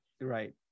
Right